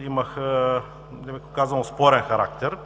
имаха, меко казано, спорен характер.